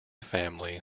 family